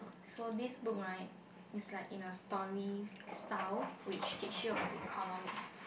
so this book right is like in a story style which teach you about economics